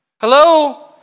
Hello